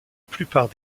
plupart